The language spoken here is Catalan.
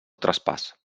traspàs